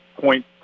point